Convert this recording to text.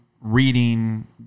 reading